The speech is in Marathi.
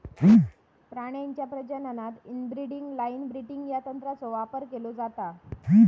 प्राण्यांच्या प्रजननात इनब्रीडिंग लाइन ब्रीडिंग या तंत्राचो वापर केलो जाता